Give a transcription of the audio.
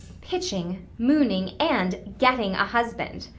pitching, mooning, and getting a husband.